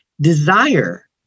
Desire